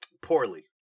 Poorly